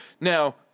Now